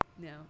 No